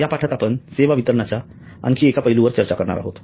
या पाठात आपण सेवा वितरणाच्या आणखी एका पैलूवर चर्चा करणार आहोत